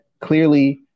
clearly